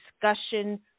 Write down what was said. discussion